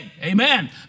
Amen